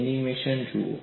animation જુઓ